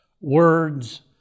words